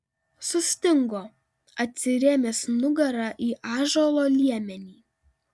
sustingo atsirėmęs nugara į ąžuolo liemenį